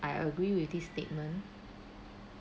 I agree with this statement